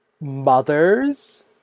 mothers